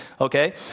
Okay